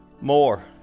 more